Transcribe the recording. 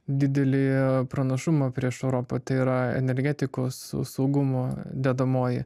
didelį pranašumą prieš europą tai yra energetikos saugumo dedamoji